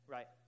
Right